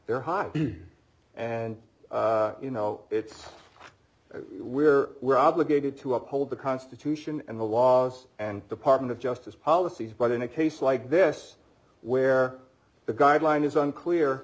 there high and you know it's we're we're obligated to uphold the constitution and the laws and department of justice policies but in a case like this where the guideline is unclear